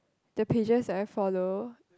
the pages that I follow